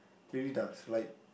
really does like